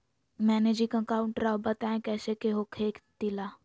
Managing account राव बताएं कैसे के हो खेती ला?